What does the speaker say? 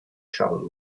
trouble